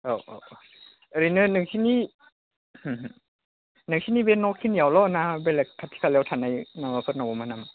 औ औ औ ओरैनो नोंसोरनि नोंसोरनि बे न'खिनियावल' ना बेलेग खाथि खालायाव थानाय माबाफोरनाव मोनामा नामा